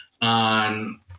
on